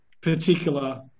particular